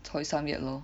Choy-sum yet lor